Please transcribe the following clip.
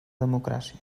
democràcia